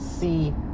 see